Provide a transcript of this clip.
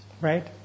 right